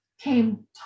came